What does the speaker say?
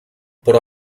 però